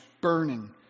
burning